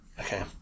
Okay